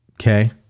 okay